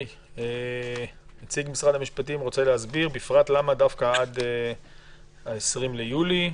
נציג משרד המשפטים, תסביר למה עד ה-20 ביולי,